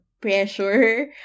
pressure